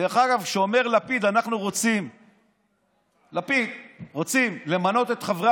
כשאומר לפיד שאנחנו רוצים למנות את חברי